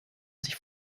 sich